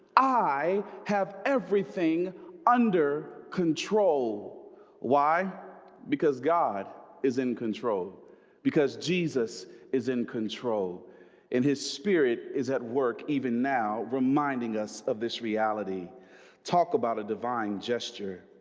i have everything under control why because god is in control because jesus is in control and his spirit is at work even now reminding us of this reality talk about a divine gesture.